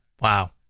Wow